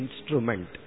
instrument